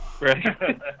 right